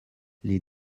les